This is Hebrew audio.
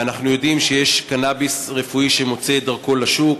ואנחנו יודעים שיש קנאביס רפואי שמוצא את דרכו לשוק,